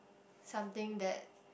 something that